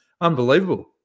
unbelievable